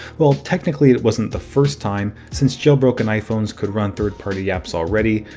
well technically it wasn't the first time since jailbroken iphones could run third party apps already,